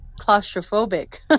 claustrophobic